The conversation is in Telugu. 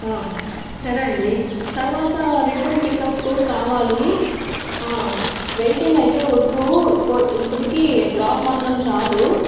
సరే అండీ తర్వాత రిటన్ పికప్ కూడా కావాలి వెయిటింగ్ అయితే వద్దు ఇ ఇప్పటికీ డ్రాప్ మాత్రం చాలు